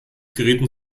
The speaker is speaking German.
gerieten